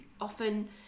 often